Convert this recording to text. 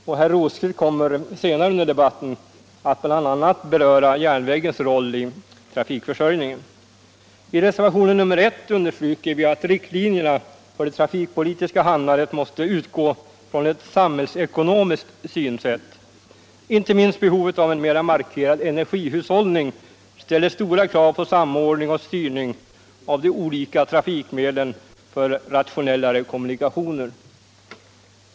och herr Rosqvist kommer senare under debatten att bl.a. beröra järnvägens roll i trafikförsörjningen. I reservationen nr I understryker vi att riktlinjerna för det trafikpolitiska handlandet måste utgå från ett samhällsekonomiskt synsätt. Inte minst behovet av en mera markerad energihushållning ställer stora krav på samordning och styrning av de olika trafikmedlen för rationellare kommunikationer.